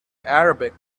arabic